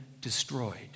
destroyed